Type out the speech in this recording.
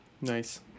Nice